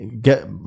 get